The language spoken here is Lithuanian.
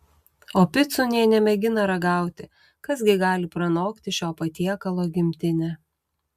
o picų nė nemėgina ragauti kas gi gali pranokti šio patiekalo gimtinę